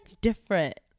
different